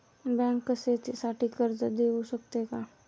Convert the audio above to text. Bank शेतीसाठी कर्ज देऊ शकते का?